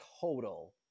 total